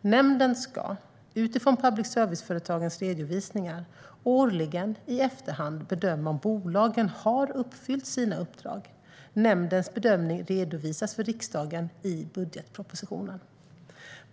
Nämnden ska, utifrån public service-företagens redovisningar, årligen i efterhand bedöma om bolagen har uppfyllt sina uppdrag. Nämndens bedömning redovisas för riksdagen i budgetpropositionen.